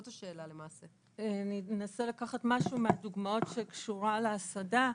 אני אנסה לקחת משהו מהדוגמאות שקשורה להסעדה.